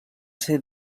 ser